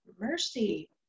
mercy